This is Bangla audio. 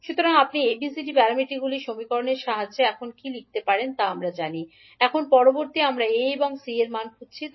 সুতরাং আপনি ABCD প্যারামিটারগুলির সমীকরণের সাহায্যে এখন কী লিখতে পারেন আমরা তা জানি এখন পরবর্তী আমরা A এবং C এর মান খুঁজে পেয়েছি